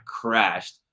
crashed